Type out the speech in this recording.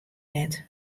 net